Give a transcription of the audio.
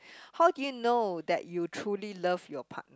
how do you know that you truly love your partner